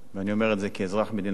ואני אומר את זה כאזרח מדינת ישראל,